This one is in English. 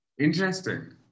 Interesting